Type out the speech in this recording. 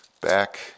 back